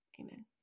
Amen